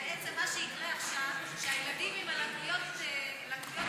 שמה שיקרה עכשיו הוא שהילדים עם לקויות הלמידה,